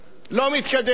לא מתקדם.